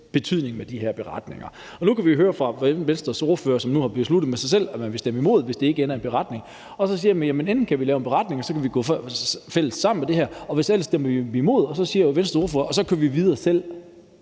betydning med de her beretninger. Nu kan vi høre på Venstres ordfører, at ordføreren nu har besluttet med sig selv, at man vil stemme imod, hvis det ikke ender i en beretning, og så siger man, at enten kan vi lave en beretning og gå sammen om det her, og hvis ikke, stemmer man imod, og så siger Venstres ordfører, at så kører man videre selv.